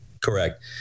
Correct